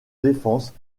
défense